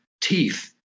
teeth